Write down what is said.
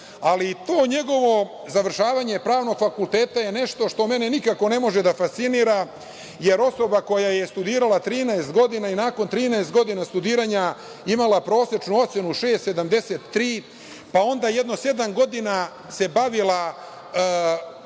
Ali to njegovo završavanje Pravnog fakulteta je nešto što mene nikako ne može da fascinira jer osoba koja je studirala 13 godina i nakon 13 godina studiranja imala prosečnu ocenu 6,73, pa onda jedno sedam godina se bavila